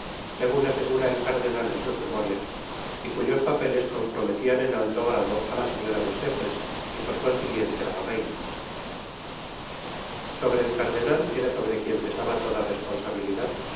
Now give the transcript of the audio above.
segun asegura el cardenal en sus memorias y cuyos papeles comprometian en alto grado á la señora de chevreuse y por consiguiente á la reina sobre el cardenat era sobre quien pesaba toda responsabilidad